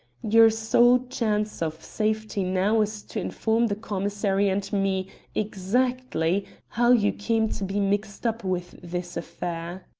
your sole chance of safety now is to inform the commissary and me exactly how you came to be mixed up with this affair.